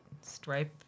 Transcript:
stripe